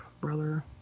brother